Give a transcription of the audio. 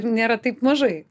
nėra taip mažai